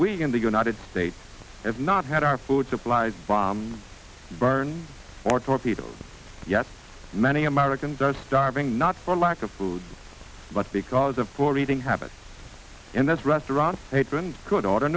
we in the united states have not had our food supplies burn or torpedo yet many americans are starving not for lack of food but because of poor eating habits in this restaurant patrons could order